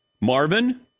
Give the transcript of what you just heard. Marvin